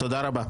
תודה רבה.